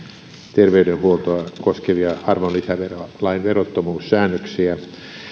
terveydenhuoltoa koskevia arvonlisäverolain verottomuussäännöksiä